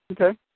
Okay